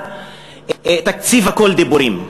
תקציב הכול דיבורים.